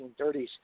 1930s